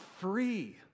free